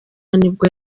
nibwo